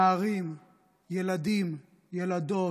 נערים, ילדים, ילדות,